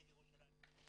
יליד ירושלים.